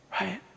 right